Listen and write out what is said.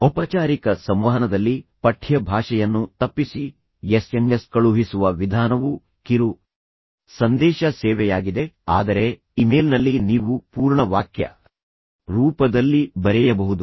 ಔಪಚಾರಿಕ ಸಂವಹನದಲ್ಲಿ ಪಠ್ಯ ಭಾಷೆಯನ್ನು ತಪ್ಪಿಸಿ ಎಸ್ಎಂಎಸ್ ಕಳುಹಿಸುವ ವಿಧಾನವು ಕಿರು ಸಂದೇಶ ಸೇವೆಯಾಗಿದೆ ಆದರೆ ಇಮೇಲ್ನಲ್ಲಿ ನೀವು ಪೂರ್ಣ ವಾಕ್ಯ ರೂಪದಲ್ಲಿ ಬರೆಯಬಹುದು